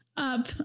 up